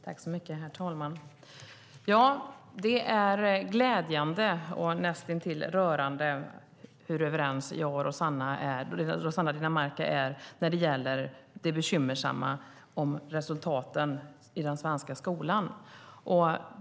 Herr talman! Det är glädjande och näst intill rörande hur överens jag och Rossana Dinamarca är när det gäller det bekymmersamma med resultaten i den svenska skolan.